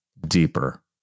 deeper